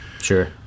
sure